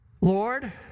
Lord